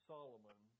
Solomon